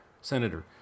Senator